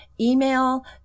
email